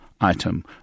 item